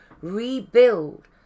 rebuild